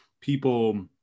people